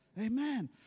amen